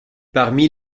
parmi